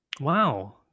wow